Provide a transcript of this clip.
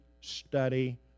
study